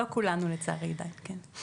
חלקינו, לא כולנו לצערי עדיין, כן.